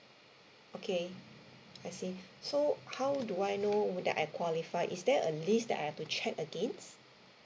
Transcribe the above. okay I see so how do I know that I qualify is there a list that I have to check against